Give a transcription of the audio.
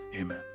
Amen